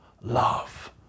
love